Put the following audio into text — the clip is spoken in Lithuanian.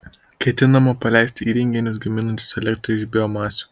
ketinama paleisti įrenginius gaminančius elektrą iš biomasių